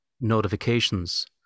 notifications